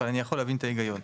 אבל אני יכול להבין את ההיגיון.